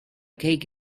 cake